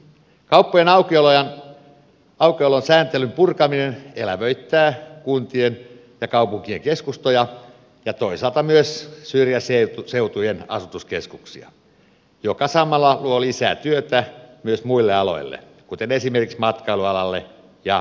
kauppojen aukiolon sääntelyn purkaminen elävöittää kuntien ja kaupunkien keskustoja ja toisaalta myös syrjäseutujen asutuskeskuksia mikä samalla luo lisää työtä myös muille aloille kuten esimerkiksi matkailualalle ja ravintola alalle